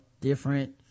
different